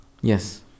Yes